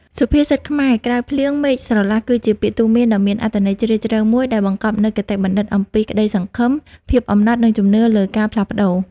សុភាសិតខ្មែរ ក្រោយភ្លៀង មេឃស្រឡះ គឺជាពាក្យទូន្មានដ៏មានអត្ថន័យជ្រាលជ្រៅមួយ ដែលបង្កប់នូវគតិបណ្ឌិតអំពី ក្តីសង្ឃឹម ភាពអំណត់ និងជំនឿលើការផ្លាស់ប្តូរ។